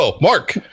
Mark